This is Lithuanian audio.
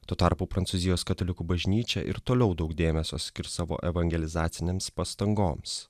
tuo tarpu prancūzijos katalikų bažnyčia ir toliau daug dėmesio skirs savo evangelizacinėms pastangoms